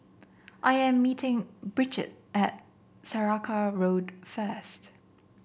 I am meeting Brigid at Saraca Road first